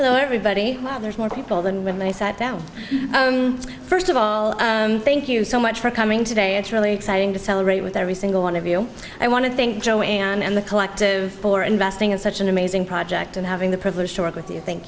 have everybody there's more people than when they sat down first of all thank you so much for coming today it's really exciting to celebrate with every single one of you i want to thank joe and the collective for investing in such an amazing project and having the privilege to work with you thank